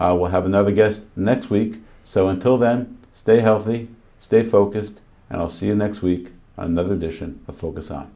what have another guest next week so until then stay healthy stay focused and i'll see you next week another edition of focus on